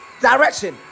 direction